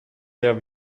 der